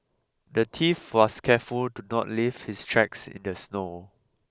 the thief was careful to not leave his tracks in the snow